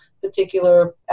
particular